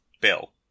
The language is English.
bill